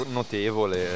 notevole